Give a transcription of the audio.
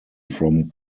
from